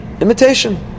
Imitation